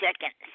seconds